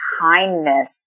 kindness